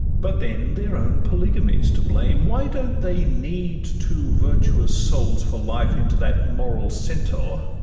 but then their own polygamy s to blame why don't they knead two virtuous souls for life into that moral centaur,